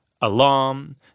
Alarm